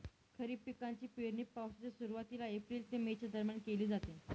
खरीप पिकांची पेरणी पावसाच्या सुरुवातीला एप्रिल ते मे च्या दरम्यान केली जाते